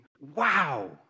Wow